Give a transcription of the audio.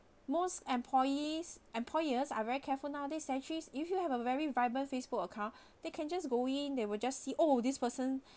most employees employers are very careful nowadays they actually if you have a very vibrant facebook account they can just go in they will just see oh this person